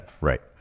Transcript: Right